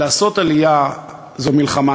לעשות עלייה זו מלחמה.